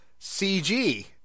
CG